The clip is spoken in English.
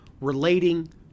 relating